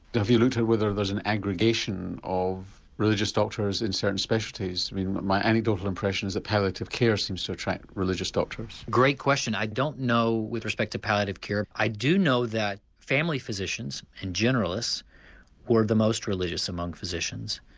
have you looked at whether there's an aggregation of religious doctors in certain specialities. i mean my anecdotal impression is that palliative care seems to attract religious doctors. great question, i don't know with respect to palliative care, i do know that family physicians and generalists were the most religious among physicians.